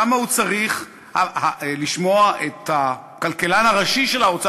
למה הוא צריך לשמוע את הכלכלן הראשי של האוצר,